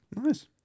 Nice